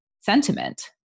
sentiment